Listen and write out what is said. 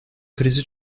krizi